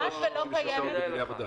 36 שעות בדיני עבודה?